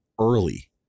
early